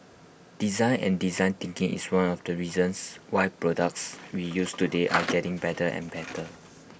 design and design thinking is one of the reasons why products we use today are getting better and better